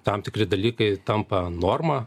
tam tikri dalykai tampa norma